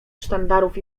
sztandarów